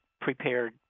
prepared